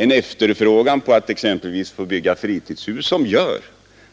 en efterfrågan på att få bygga fritidshus — som gör